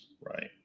Right